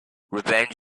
revenge